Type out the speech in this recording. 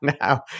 now